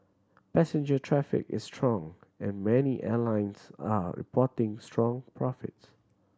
passenger traffic is strong and many airlines are reporting strong profits